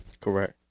Correct